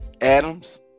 Adams